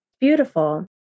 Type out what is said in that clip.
Beautiful